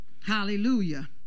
hallelujah